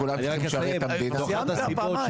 --- אני רק אסיים --- סיימת פעמיים.